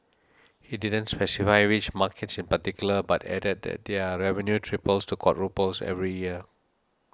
he didn't specify which markets in particular but added that their revenue triples to quadruples every year